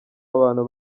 abantu